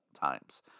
times